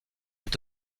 est